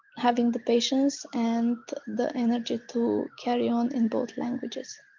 having the patience and the energy to carry on in both languages.